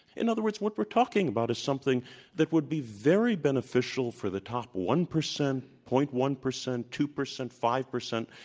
in other words, what we're talking about is something that would be very beneficial for the top one percent. one percent, two percent, five percent,